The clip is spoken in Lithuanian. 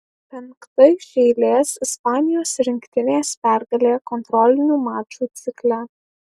penkta iš eilės ispanijos rinktinės pergalė kontrolinių mačų cikle